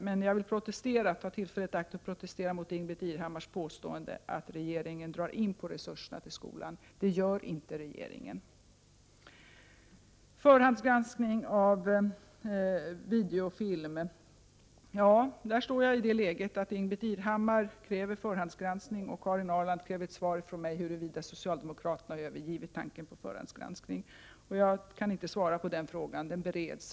Men jag vill ta tillfället i akt att protestera mot Ingbritt Irhammars påstående att regeringen drar in på resurserna till skolan. Det gör inte regeringen. När det gäller förhandsgranskning av videofilm befinner jag mig i det läget att Ingbritt Irhammar kräver förhandsgranskning och Karin Ahrland kräver ett svar av mig huruvida socialdemokraterna har övergivit tanken på förhandsgranskning. Jag kan inte svara på den frågan; den bereds.